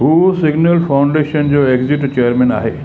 हू signal foundation जो executive chairman आहे